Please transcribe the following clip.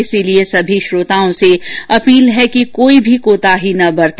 इसलिए सभी श्रोताओं से अपील है कि कोई भी कोताही न बरते